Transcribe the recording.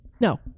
No